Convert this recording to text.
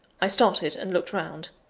i started and looked round.